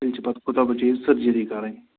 تیٚلہِ چھِ پتہٕ خُدا بچٲیِن سٔرجٕری کَرٕنۍ